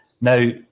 Now